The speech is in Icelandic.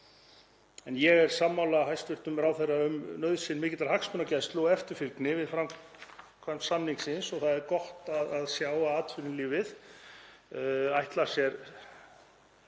Ég er sammála hæstv. ráðherra um nauðsyn mikillar hagsmunagæslu og eftirfylgni við framkvæmd samningsins og það er gott að sjá að atvinnulífið ætlar sér